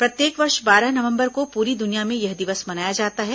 प्रत्येक वर्ष बारह नवंबर को पूरी दुनिया में यह दिवस मनाया जाता है